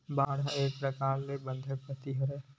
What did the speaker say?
bond ह एक परकार ले बंधक पाती हरय